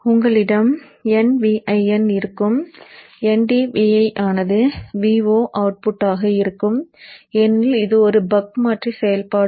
உங்களிடம் nVin இருக்கும் ndVin ஆனது Vo அவுட்புட் ஆக இருக்கும் ஏனெனில் இது ஒரு பக் மாற்றி செயல்பாடு